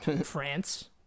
France